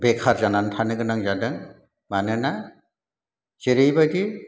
बेखार जानानै थानो गोनां जादों मानोना जेरैबायदि